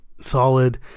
solid